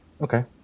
Okay